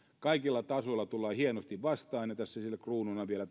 kaikilla tasoilla tullaan hienosti vastaan ja kun sille kruununa tänään vielä